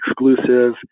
exclusive